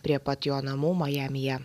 prie pat jo namų majamyje